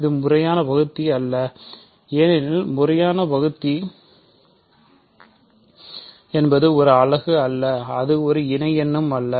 இது முறையான வகுத்தி அல்ல ஏனெனில் முறையான வகுத்தி என்பது ஒரு அலகு அல்ல அது ஒரு இணை எண்கள் அல்ல